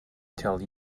tell